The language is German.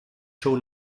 schon